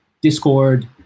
Discord